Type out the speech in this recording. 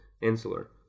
insular